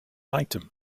item